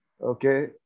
Okay